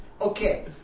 Okay